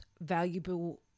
valuable